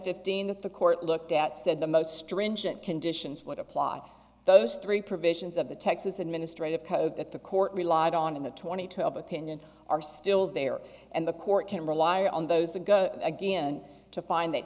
fifteen that the court looked at said the most stringent conditions would apply those three provisions of the texas administrative code that the court relied on in the twenty to of opinion are still there and the court can rely on those that go again to find that